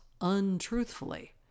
untruthfully